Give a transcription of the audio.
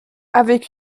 avec